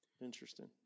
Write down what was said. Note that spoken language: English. Interesting